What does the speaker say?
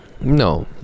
No